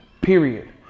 period